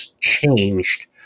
changed